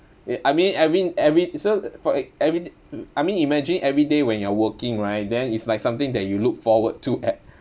yeah I mean every every so for everyth~ I mean imagine every day when you're working right then is like something that you look forward to act~